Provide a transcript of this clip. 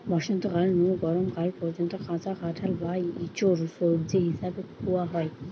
বসন্তকাল নু গরম কাল পর্যন্ত কাঁচা কাঁঠাল বা ইচোড় সবজি হিসাবে খুয়া হয়